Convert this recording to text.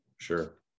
Sure